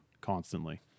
constantly